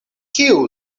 kiu